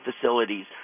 facilities